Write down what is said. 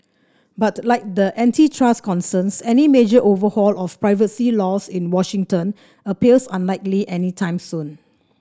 but like the antitrust concerns any major overhaul of privacy law in Washington appears unlikely anytime soon